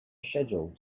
scheduled